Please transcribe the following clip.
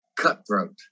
cutthroat